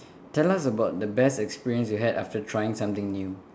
tell us about the best experience you had after trying something new